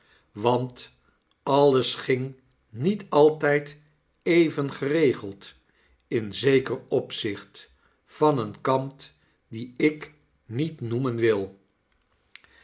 want alles ging niet altijd even geregeld in zeker opzicht van een kantdienik niet noemen wil